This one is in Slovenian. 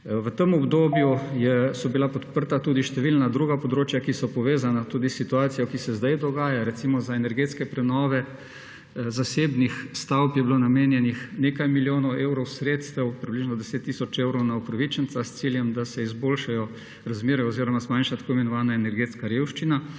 V tem obdobju so bila podprta tudi številna druga področja, ki so povezana tudi s situacijo, ki se zdaj dogaja. Recimo za energetske prenove zasebnih stavb je bilo namenjenih nekaj milijonov evrov sredstev, približno 10 tisoč evrov na upravičenca, s ciljem, da se izboljšajo razmere oziroma zmanjša tako imenovana energetska revščina.